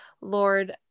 Lord